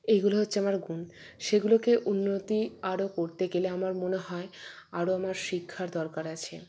এইগুলো হচ্ছে আমার গুণ সেগুলোকে উন্নতি আরও করতে গেলে আমার মনে হয় আরও আমার শিক্ষার দরকার আছে